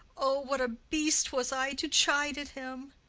o, what a beast was i to chide at him!